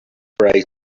president